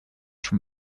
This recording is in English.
from